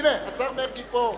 הנה, השר מרגי פה.